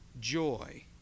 joy